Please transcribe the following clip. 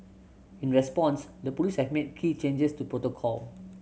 in response the police have made key changes to protocol